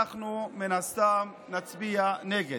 אנחנו, מן הסתם, נצביע נגד.